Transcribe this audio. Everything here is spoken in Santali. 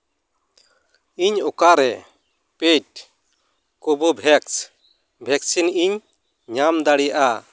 ᱤᱧ ᱚᱠᱟᱨᱮ ᱯᱮ ᱰ ᱠᱳᱵᱳᱵᱷᱮᱠᱥ ᱵᱷᱮᱠᱥᱤᱱᱤᱧ ᱧᱟᱢ ᱫᱟᱲᱮᱭᱟᱜᱼᱟ